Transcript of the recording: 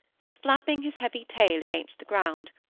was flapping his heavy tail against the ground,